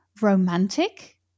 romantic